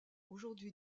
aujourd’hui